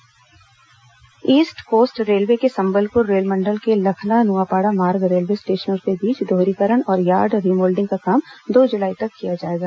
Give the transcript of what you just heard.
train रद्द East Coast Railway के संबलपुर रेलमंडल के लखना नुआपाड़ा मार्ग रेलवे स्टेशनों के बीच दोहरीकरण और यार्ड रिमोडलिंग का काम दो जुलाई तक किया जाएगा